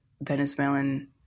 Venezuelan